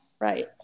Right